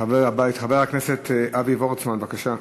חבר הכנסת אבי וורצמן, בבקשה.